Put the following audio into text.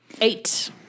Eight